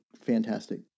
fantastic